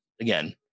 again